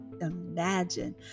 imagine